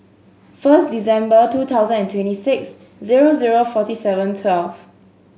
first December two thousand and twenty six zero zero forty seven twelve